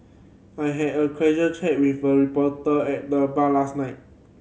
I had a casual chat with a reporter at the bar last night